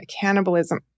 cannibalism